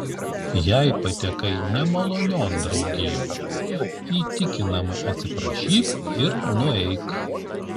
jei patekai nemalonion draugijon įtikinamai atsiprašyk ir nueik